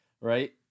right